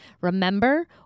Remember